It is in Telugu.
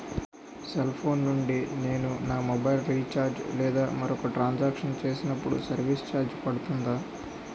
సెల్ ఫోన్ నుండి నేను నా మొబైల్ రీఛార్జ్ లేదా మరొక ట్రాన్ సాంక్షన్ చేసినప్పుడు సర్విస్ ఛార్జ్ పడుతుందా?